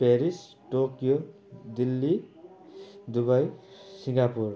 Paris Tokyo Delhi Dubai Singapore